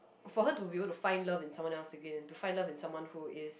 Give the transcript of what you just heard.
for her to be able to find love in someone else again and to find love in someone who is